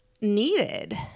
needed